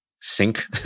sink